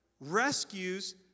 rescues